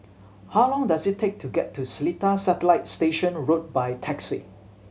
how long does it take to get to Seletar Satellite Station Road by taxi